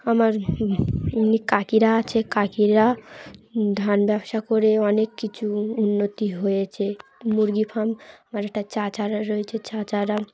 আমার এমনি কাকিরা আছে কাকিরা ধান ব্যবসা করে অনেক কিছু উন্নতি হয়েছে মুরগি ফার্ম আমার একটা চাচারা রয়েছে চাচারা